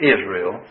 Israel